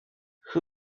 who